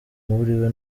uriwe